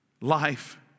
life